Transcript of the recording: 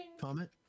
comment